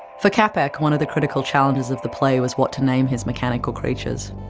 for capek, one of the critical challenges of the play was what to name his mechanical creatures.